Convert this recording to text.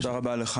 תודה רבה לך,